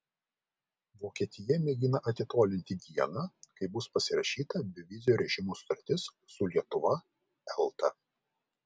vokietija mėgina atitolinti dieną kai bus pasirašyta bevizio režimo sutartis su lietuva elta